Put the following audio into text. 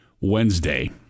Wednesday